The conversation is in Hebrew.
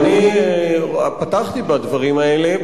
ואני פתחתי בדברים האלה.